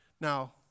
Now